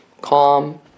calm